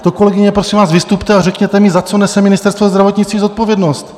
To kolegyně, prosím vás, vystupte a řekněte mi, za co nese Ministerstvo zdravotnictví zodpovědnost?